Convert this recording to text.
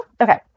Okay